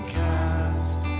cast